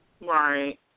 Right